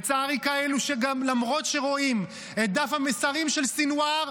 לצערי גם כאלו שלמרות שהם רואים את דף המסרים של סנוואר,